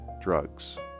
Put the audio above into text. drugs